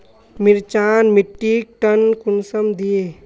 मिर्चान मिट्टीक टन कुंसम दिए?